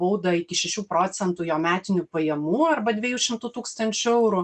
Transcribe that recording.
baudą iki šešių procentų jo metinių pajamų arba dviejų šimtų tūkstančių eurų